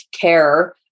care